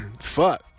fuck